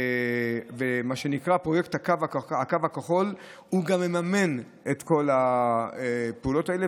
מה שנקרא פרויקט הקו הכחול גם מממן את כל הפעולות האלה,